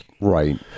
Right